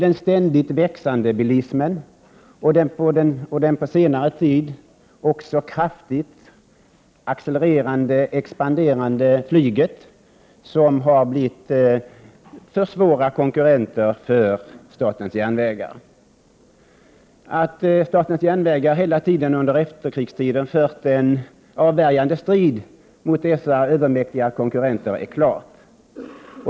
Den ständigt växande bilismen och den på senare tid också kraftigt expanderande flygtrafiken har blivit för svåra konkurrenter för statens järnvägar. Statens järnvägar har hela tiden under efterkrigstiden fört en avvärjande strid mot dessa övermäktiga konkurrenter.